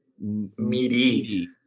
meaty